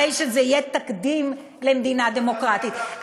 הרי שזה יהיה תקדים למדינה דמוקרטית.